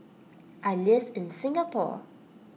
I live in Singapore